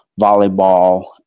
volleyball